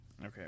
Okay